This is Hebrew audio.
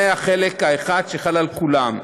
זה החלק האחד שחל על כולם.